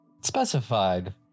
specified